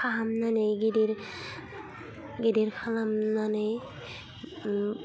फाहामनानै गिदिर गिदिर खालामनानै